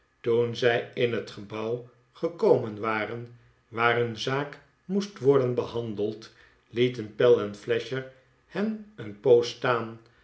toen zij in het gebouw gekomen waren waar hun zaak moest worden behandeld lieten pell en flasher hen een poos staan